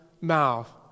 mouth